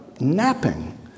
napping